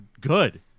good